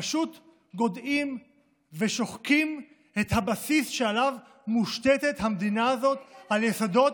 פשוט גודעים ושוחקים את הבסיס שעליו מושתתת המדינה הזאת: על היסודות,